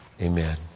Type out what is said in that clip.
Amen